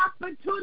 opportunity